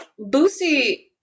Boosie